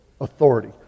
authority